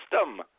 system